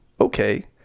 okay